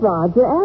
Roger